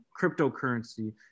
cryptocurrency